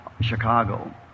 Chicago